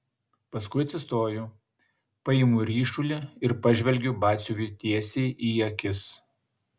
paskui atsistoju paimu ryšulį ir pažvelgiu batsiuviui tiesiai į akis